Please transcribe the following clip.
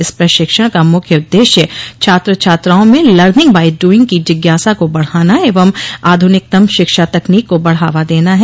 इस प्रशिक्षण का मुख्य उद्देश्य छात्र छात्राओं में लर्निंग बाई डूइंग की जिज्ञासा को बढ़ाना एवं आधुनिकतम शिक्षा तकनीक को बढ़ावा देना है